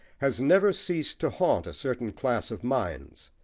has never ceased to haunt a certain class of minds.